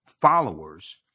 followers